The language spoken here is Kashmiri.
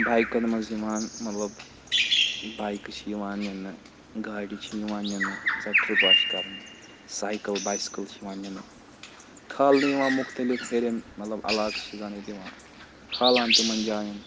بایِکَن منٛز یِوان مطلب بایِکہٕ چھِ یِوان نِنہٕ گاڑِ چھِ یِوان نِنہٕ ییٚمہِ ساتہٕ ٹِرٛپ آسہِ کَرٕنۍ سایکَل بایسِکٕل چھِ یِوان نِنہٕ کھالنہٕ یِوان مُختلِف ہیٚرِم مطلب علاقہٕ چھِ زَن ییٚتہِ یِوان کھالان تِمَن جایَن